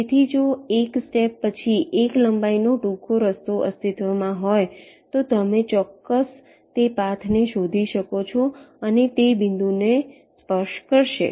તેથી જો એક સ્ટેપ પછી 1 લંબાઈ નો ટૂંકો રસ્તો અસ્તિત્વમાં હોય તો તમે ચોક્કસ તે પાથ શોધી શકો છો અને તે બિંદુને સ્પર્શ કરશે